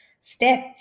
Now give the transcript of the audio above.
step